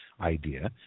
idea –